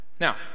Now